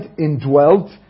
indwelt